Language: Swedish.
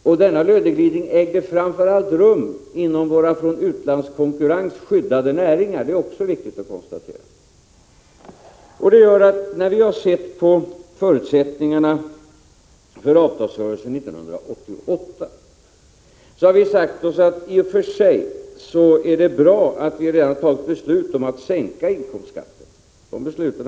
Och denna löneglidning ägde framför allt rum inom våra från utlandskonkurrens skyddade näringar. Också det är viktigt att konstatera. När vi sett på förutsättningarna för avtalsrörelsen 1988 har vi, Lars Tobisson, mot denna bakgrund sagt oss att det i och för sig är bra att vi redan har fattat beslut om att sänka inkomstskatten.